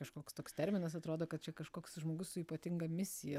kažkoks toks terminas atrodo kad čia kažkoks žmogus su ypatinga misija